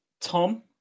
Tom